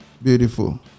Beautiful